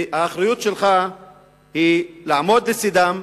האחריות שלך היא לעמוד לצדם,